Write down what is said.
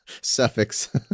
suffix